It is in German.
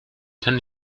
kann